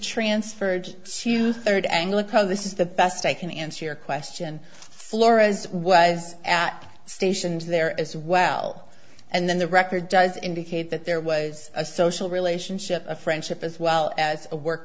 transferred to third anglicare this is the best i can answer your question flores was stationed there as well and then the record does indicate that there was a social relationship a friendship as well as a work